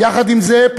יחד עם זה,